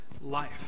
life